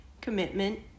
commitment